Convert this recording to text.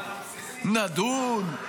נדון?